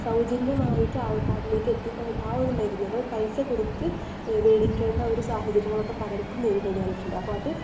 സൗജന്യമായിട്ട് ആൾക്കാരിലേക്ക് എത്തിപ്പെടണ്ട ആ ഒരു മരുന്നുകൾ പൈസ കൊടുത്തു മേടിക്കേണ്ട സാഹചര്യങ്ങളൊക്കെ പലർക്കും നേരിടേണ്ടി വന്നിട്ടുണ്ട് അപ്പോൾ അത്